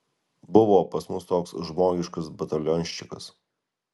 buvo pas mus toks žmogiškas batalionščikas